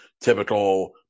typical